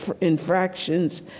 infractions